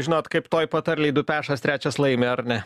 žinot kaip toj patarlėj du pešas trečias laimi ar ne